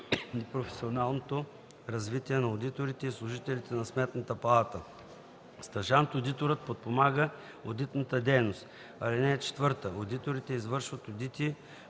и професионалното развитие на одиторите и служителите на Сметната палата. Стажант-одиторът подпомага одитната дейност. (4) Одиторите извършват одити